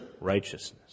righteousness